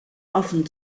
offen